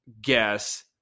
guess